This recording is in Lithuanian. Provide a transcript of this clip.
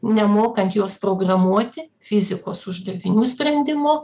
nemokant juos programuoti fizikos uždavinių sprendimo